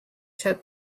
took